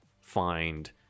find